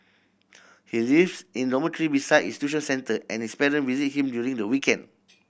he lives in dormitory beside his tuition centre and his parent visit him during the weekend